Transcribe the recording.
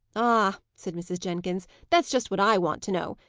ah! said mrs. jenkins, that's just what i want to know!